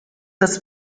das